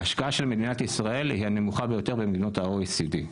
ההשקעה של מדינת ישראל היא הנמוכה ביותר במדינות ה-OECD.